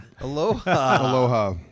Aloha